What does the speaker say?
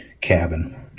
cabin